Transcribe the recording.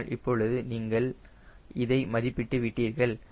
ஆனால் இப்பொழுது நீங்கள் இதை மதிப்பிட்டு விட்டீர்கள்